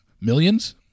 millions